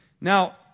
Now